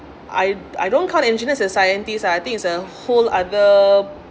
I I don't count engineer as a scientist ah I think is a whole other